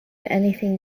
anything